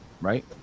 right